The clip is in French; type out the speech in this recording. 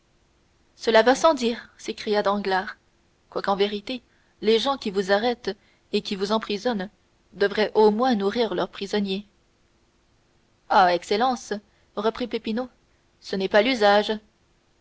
cela va sans dire s'écria danglars quoique en vérité les gens qui vous arrêtent et qui vous emprisonnent devraient au moins nourrir leurs prisonniers ah excellence reprit peppino ce n'est pas l'usage